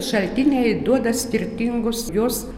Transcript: šaltiniai duoda skirtingus jos